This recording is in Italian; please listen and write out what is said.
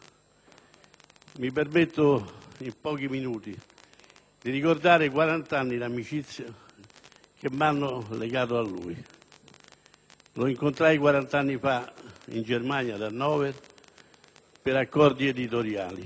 Mi permetto, in pochi minuti, di ricordare quarant'annidi amicizia che mi hanno legato a lui. Lo incontrai quarant'anni fa in Germania, ad Hannover, per accordi editoriali;